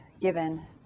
given